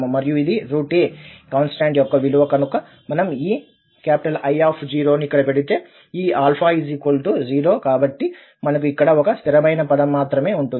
మరియు ఇది a constant యొక్క విలువ కనుక మనం ఈ I ను ఇక్కడ పెడితే ఈ 0 కాబట్టి మనకు అక్కడ ఒక్క స్థిరమైన పదం మాత్రమే ఉంటుంది